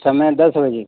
समय दस बजे